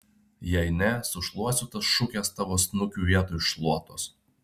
jei ne sušluosiu tas šukes tavo snukiu vietoj šluotos